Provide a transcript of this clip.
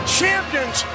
champions